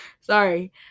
Sorry